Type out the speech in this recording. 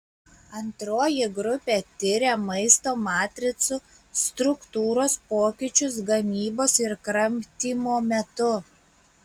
antroji grupė tiria maisto matricų struktūros pokyčius gamybos ir kramtymo metu